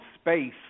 space